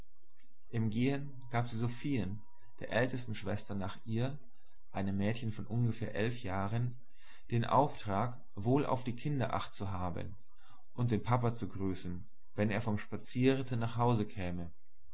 im gehen gab sie sophien der ältesten schwester nach ihr einem mädchen von ungefähr elf jahren den auftrag wohl auf die kinder acht zu haben und den papa zu grüßen wenn er vom spazierritte nach hause käme